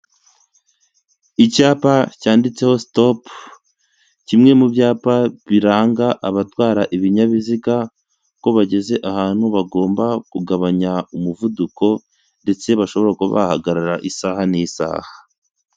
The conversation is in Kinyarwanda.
Icyapa cyanditseho sitopu kimwe mu byapa biranga abatwara ibinyabiziga ko bageze ahantu bagomba kugabanya umuvuduko, ndetse bashobora kuba bahagarara isaha n'isaha.